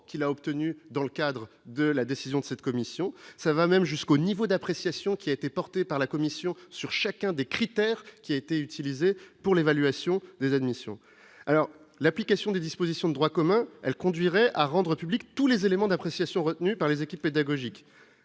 qu'il a obtenu dans le cadre de la décision de cette commission, ça va même jusqu'au niveau d'appréciation qui été porté par la Commission sur chacun des critères qui a été utilisée pour l'évaluation des admissions alors l'application des dispositions droit commun, elle conduirait à rendre publics tous les éléments d'appréciation retenu par les équipes pédagogiques,